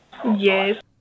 Yes